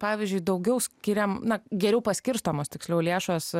pavyzdžiui daugiau skiriame na geriau paskirstomos tiksliau lėšos